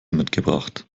mitgebracht